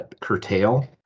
curtail